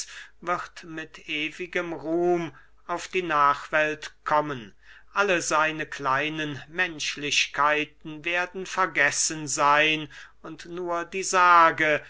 wird mit ewigem ruhm auf die nachwelt kommen alle seine kleinen menschlichkeiten werden vergessen seyn und nur die sage